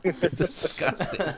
Disgusting